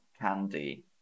candy